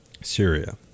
Syria